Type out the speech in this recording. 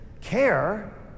Care